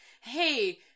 hey